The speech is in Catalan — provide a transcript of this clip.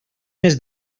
més